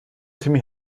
timmy